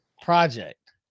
project